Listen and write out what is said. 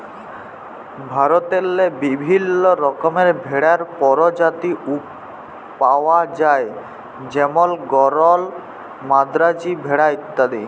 ভারতেল্লে বিভিল্ল্য রকমের ভেড়ার পরজাতি পাউয়া যায় যেমল গরল, মাদ্রাজি ভেড়া ইত্যাদি